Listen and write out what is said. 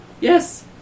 Yes